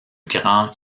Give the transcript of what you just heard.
grand